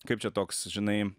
kaip čia toks žinai